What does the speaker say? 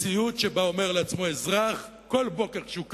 מציאות שבה אומר לעצמו אזרח, כל בוקר כשהוא קם,